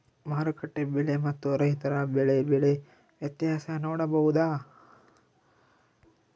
ಮಾರುಕಟ್ಟೆ ಬೆಲೆ ಮತ್ತು ರೈತರ ಬೆಳೆ ಬೆಲೆ ವ್ಯತ್ಯಾಸ ನೋಡಬಹುದಾ?